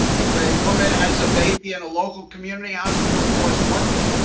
if a woman has a baby in a local community hospital, it costs one thing.